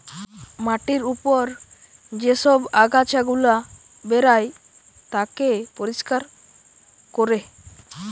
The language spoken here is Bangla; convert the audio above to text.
মাটির উপর যে সব আগাছা গুলা বেরায় তাকে পরিষ্কার কোরে